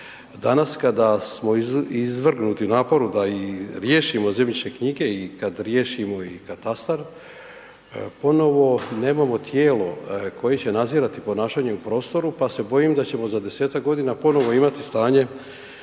Danas kada smo izvrgnuti naporu da i riješimo zemljišne knjige i kad riješimo i katastar, ponovno nemamo tijelo koje će nadzirati ponašanje u prostoru pa se bojim da ćemo za 10-tak godina ponovno imati stanje,